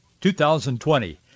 2020